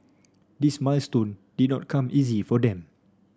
this milestone did not come easy for them